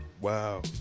Wow